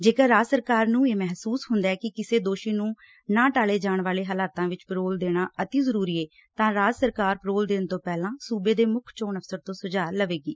ਜੇਕਰ ਰਾਜ ਸਰਕਾਰ ਨੂੰ ਇਹ ਮਹਿਸੁਸ ਹੁੰਦੈ ਕਿ ਕਿਸੇ ਦੋਸ਼ੀ ਨੂੰ ਨਾ ਟਾਲੇ ਜਾਣ ਵਾਲੇ ਹਾਲਾਤਾਂ ਵਿੱਚ ਪੈਰੋਲ ਦੇਣਾ ਅਤਿ ਜ਼ਰੁਰੀ ਏ ਤਾਂ ਰਾਜ ਸਰਕਾਰ ਪੈਰੋਲ ਦੇਣ ਤੋਂ ਪਹਿਲਾਂ ਸੁਬੇ ਦੇ ਮੁੱਖ ਚੋਣ ਅਫਸਰ ਤੋਂ ਸੁਝਾਅ ਲਵੇਗੀ